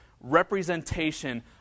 representation